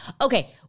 Okay